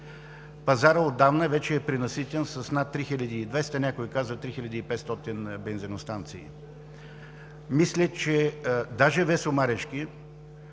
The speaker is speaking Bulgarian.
Пазарът отдавна вече е пренаситен с над 3200, някои казват – 3500 бензиностанции. Мисля, че даже Весо Марешки,